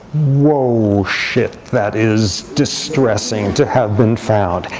whoa, shit, that is distressing to have been found.